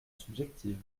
subjective